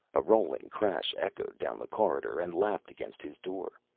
a rolling crash echoed down the corridor and lapped against his door.